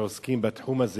שעוסקים בתחום הזה.